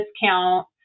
discount